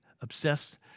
obsessed